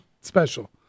special